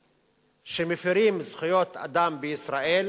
והמוסדות שמפירים זכויות אדם בישראל,